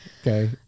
okay